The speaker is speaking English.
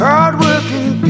Hard-working